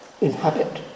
inhabit